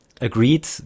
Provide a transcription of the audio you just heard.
agreed